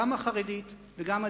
גם החרדית וגם הדתית,